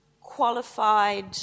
qualified